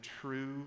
true